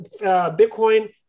Bitcoin